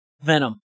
Venom